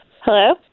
Hello